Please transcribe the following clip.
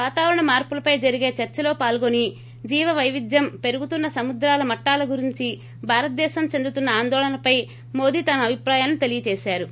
వాతావరణ మార్సులపై జరిగే చర్సలో పాల్గొని జీవపైవిద్యం పెరుగుతున్న సముద్రమట్టాల గురించి భారతదేశం చెందుతున్న ఆందోళనపై మోదీ తమ అభిప్రాయాలను తెలియజేశారు